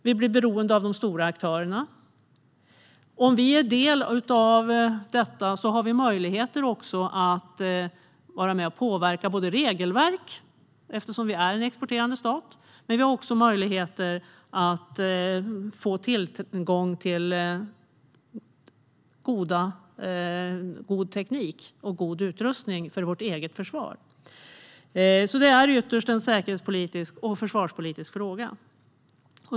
Vi blir beroende av de stora aktörerna. Om Sverige är en del av detta har vi också möjligheter att vara med och påverka regelverk eftersom vi är en exporterande stat. Vi har också möjligheter att få tillgång till god teknik och utrustning för vårt eget försvar. Detta är alltså ytterst en säkerhetspolitisk och försvarspolitisk fråga.